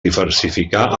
diversificar